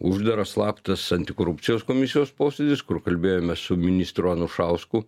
uždaras slaptas antikorupcijos komisijos posėdis kur kalbėjom su ministru anušausku